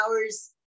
hours